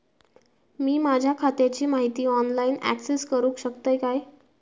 मी माझ्या खात्याची माहिती ऑनलाईन अक्सेस करूक शकतय काय?